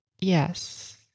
Yes